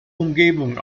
umgebung